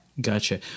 Gotcha